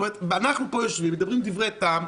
אנחנו פה יושבים, מדברים דברי טעם,